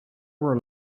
were